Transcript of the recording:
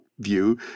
view